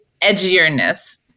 edgierness